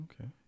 okay